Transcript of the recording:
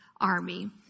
army